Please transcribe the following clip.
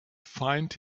find